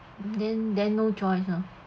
then then no choice ah